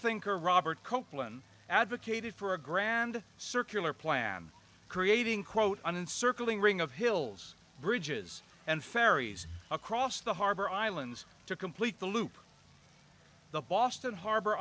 thinker robert copeland advocated for a grand circular plan creating quote uncertainly ring of hills bridges and ferries across the harbor islands to complete the loop the boston harbo